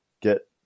get